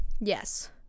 Yes